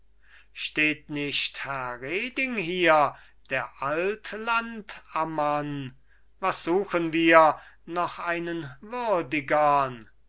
steht nicht herr reding hier der altlandammann was suchen wir noch einen würdigern